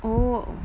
oh